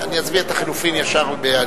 תודה רבה,